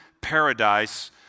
paradise